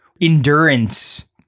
endurance